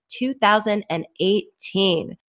2018